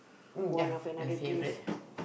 one of another place